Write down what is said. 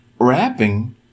Rapping